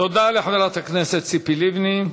תודה לחברת הכנסת ציפי לבני.